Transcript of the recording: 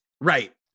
Right